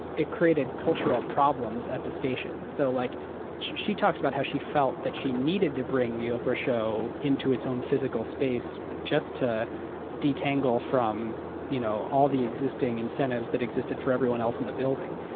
it created cultural problems at the station. so like she talks about how she felt that she needed to bring the oprah show into its own physical space just to detangle from you know all the existing incentives that existed for everyone else in the building.